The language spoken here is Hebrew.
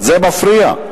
זה מפריע.